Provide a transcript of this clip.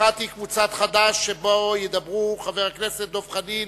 אחת היא קבוצת חד"ש, שבה ידברו חבר הכנסת דב חנין